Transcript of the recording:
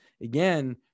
again